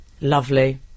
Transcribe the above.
lovely